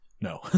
No